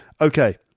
Okay